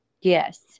Yes